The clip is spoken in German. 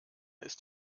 ist